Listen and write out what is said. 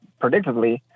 predictably